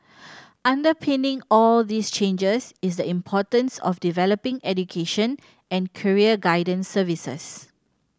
underpinning all these changes is the importance of developing education and career guidance services